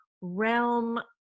realm